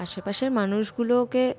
আশেপাশের মানুষগুলোকে